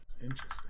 Interesting